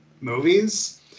movies